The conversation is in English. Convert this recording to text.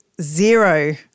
Zero